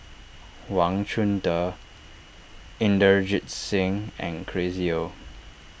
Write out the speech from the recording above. Wang Chunde Inderjit Singh and Chris Yeo